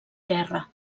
guerra